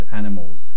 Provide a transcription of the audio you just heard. animals